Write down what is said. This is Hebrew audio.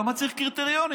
כי צריך קריטריונים.